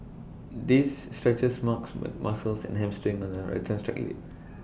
this stretches marks but muscles and hamstring on the leg